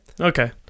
okay